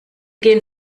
gehen